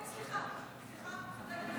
סליחה, סליחה.